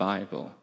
Bible